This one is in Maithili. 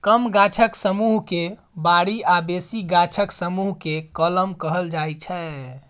कम गाछक समुह केँ बारी आ बेसी गाछक समुह केँ कलम कहल जाइ छै